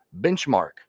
benchmark